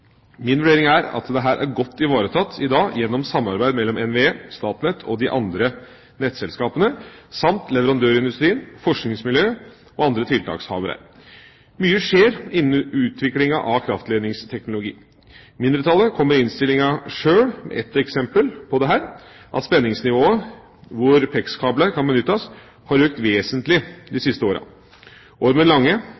Min vurdering er at dette er godt ivaretatt i dag gjennom samarbeid mellom NVE, Statnett og de andre nettselskapene, samt leverandørindustrien, forskningsmiljø og andre tiltakshavere. Mye skjer innen utvikling av kraftledningsteknologi. Mindretallet kommer i innstillinga sjøl med et eksempel på dette – at spenningsnivået hvor PEX-kabler kan benyttes, har økt vesentlig de